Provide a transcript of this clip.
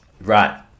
Right